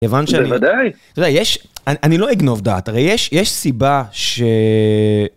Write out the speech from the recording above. יוון של, בודאי. אתה יודע יש.. אני, אני לא אגנוב דעת הרי יש, יש סיבה ש..